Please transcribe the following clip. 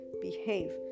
behave